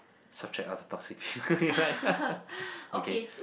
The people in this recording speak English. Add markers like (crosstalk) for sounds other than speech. such a (laughs) okay